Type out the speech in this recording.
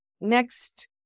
next